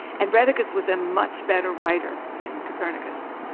and rheticus was a much better writer than copernicus,